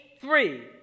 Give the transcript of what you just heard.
three